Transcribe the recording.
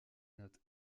note